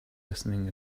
listening